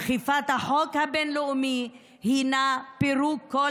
אכיפת החוק הבין-לאומי הינה פירוק כל